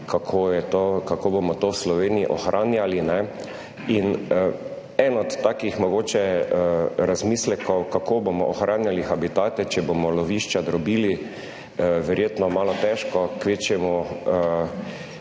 kako bomo to v Sloveniji ohranjali. Eden od takih mogoče razmislekov kako bomo ohranjali habitate, če bomo lovišča drobili verjetno malo težko, kvečjemu